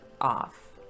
off